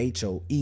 HOE